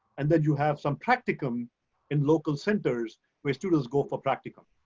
and then you have some practicum in local centers where students go for practicum.